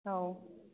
औ